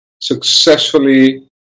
successfully